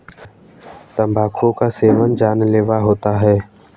तंबाकू का सेवन जानलेवा होता है